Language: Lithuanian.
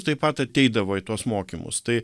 taip pat ateidavo į tuos mokymus tai